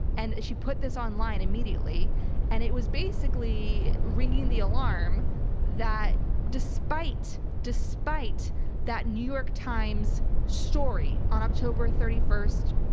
and she put this online immediately and it was basically ringing the alarm that despite despite that new york times story on october thirty first,